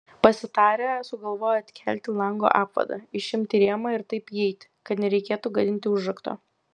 pasitarę sugalvojo atkelti lango apvadą išimti rėmą ir taip įeiti kad nereikėtų gadinti užrakto